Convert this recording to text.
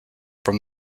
from